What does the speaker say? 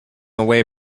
away